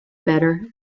better